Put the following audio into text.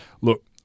Look